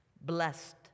blessed